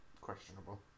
questionable